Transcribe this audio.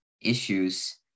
issues